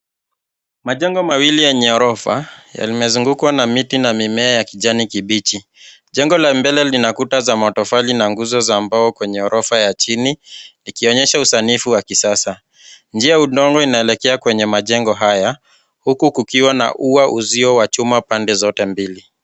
Majengo mawili yenye orofa, yamezungukwa na miti na mimea ya kijani kibichi. Jengo la mbele lina kuta za matofali na nguzo za mbao kwenye orofa ya chini ikionyesha usanifu wa kisasa. Njia ya udongo inaelekea kwenye majengo haya, huku kukiwa na ua uzio wa chuma pande zote mbili.